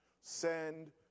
Send